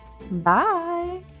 Bye